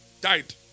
died